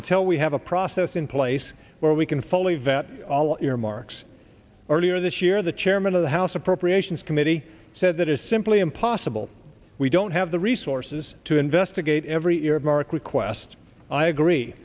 until we have a process in place where we can fully vet all earmarks earlier this year the chairman of the house appropriations committee said that is simply impossible we don't have the resources to investigate every earmark request i agree